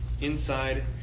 inside